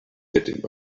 sitting